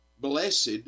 Blessed